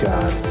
God